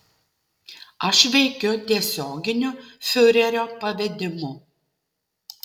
aš veikiu tiesioginiu fiurerio pavedimu